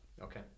okay